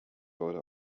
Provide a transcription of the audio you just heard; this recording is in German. wurde